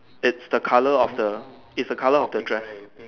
it's the color of the it's the color of the drive